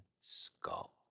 skull